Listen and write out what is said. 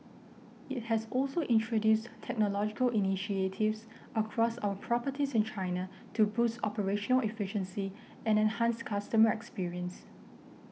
it has also introduced technological initiatives across our properties in China to boost operational efficiency and enhance customer experience